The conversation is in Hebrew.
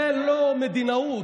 זה לא מדינאות.